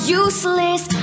useless